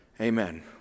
Amen